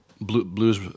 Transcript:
Blues